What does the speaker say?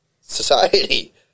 society